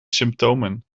symptomen